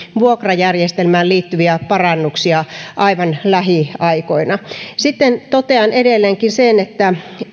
vuokrajärjestelmään liittyviä parannuksia aivan lähiaikoina sitten totean edelleenkin sen että